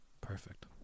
Perfect